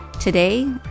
Today